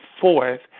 forth